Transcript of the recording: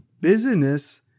Business